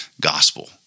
gospel